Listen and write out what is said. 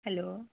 hello